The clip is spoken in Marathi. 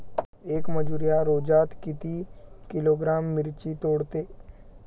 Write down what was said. येक मजूर या रोजात किती किलोग्रॅम मिरची तोडते?